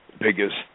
biggest